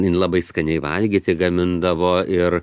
jin labai skaniai valgyti gamindavo ir